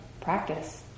practice